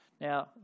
Now